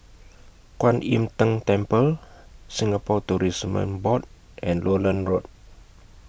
Kuan Im Tng Temple Singapore Tourism Board and Lowland Road